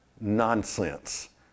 nonsense